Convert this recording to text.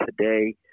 today